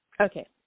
Okay